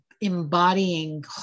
embodying